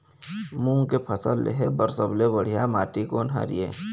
मूंग के फसल लेहे बर सबले बढ़िया माटी कोन हर ये?